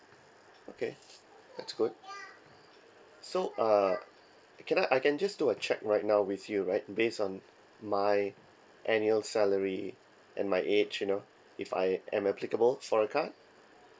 okay that's good so uh can I I can just do a check right now with you right based on my annual salary and my age you know if I am applicable for a card